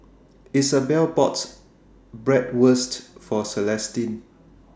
Isabel bought Bratwurst For Celestine